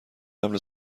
قبل